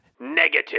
Negative